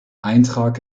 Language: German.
eintrag